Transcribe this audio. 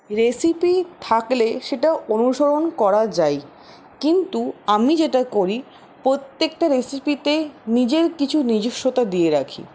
recipe থাকলে সেটা অনুসরণ করা যায় কিন্তু আমি যেটা করি প্রত্যেকটা রেসিপিতেই নিজের কিছু নিজস্বতা দিয়ে রাখি